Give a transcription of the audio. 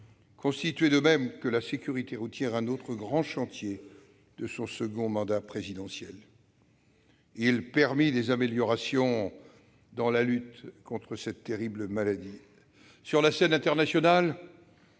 fut, comme la sécurité routière, un autre grand chantier de son second mandat présidentiel ; il permit des améliorations dans la lutte contre cette terrible maladie. Sur la scène internationale,